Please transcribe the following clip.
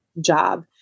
job